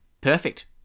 Perfect